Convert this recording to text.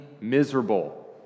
miserable